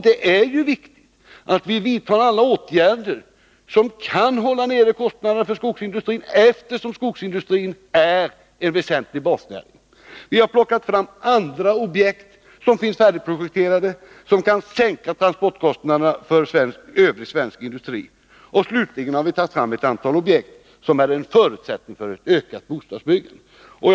Det är viktigt att vi vidtar alla åtgärder som kan hålla nere kostnaderna för skogsindustrin, eftersom skogsindustrin är en väsentlig basnäring. Vi har plockat fram andra objekt som är färdigprojekterade och som kan sänka transportkostnaderna för övrig svensk industri. Slutligen har vi tagit fram ett antal objekt som är en förutsättning för ett ökat bostadsbyggande.